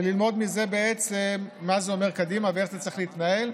ללמוד מזה מה זה אומר קדימה ואיך צריך להתנהל,